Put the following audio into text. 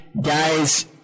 guys-